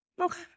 Okay